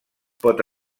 pot